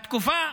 בתקופה